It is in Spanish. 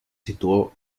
situó